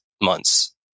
months